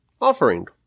offering